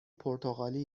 پرتغالی